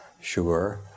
Sure